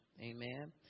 Amen